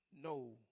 no